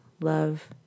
love